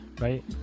right